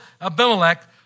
Abimelech